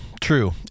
true